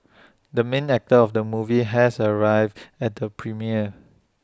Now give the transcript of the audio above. the main actor of the movie has arrived at the premiere